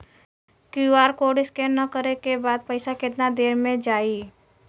QR code scan न करे क बाद पइसा केतना देर म जाई?